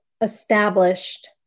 established